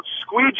squeegee